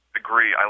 agree